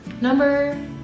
Number